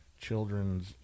Children's